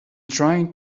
trying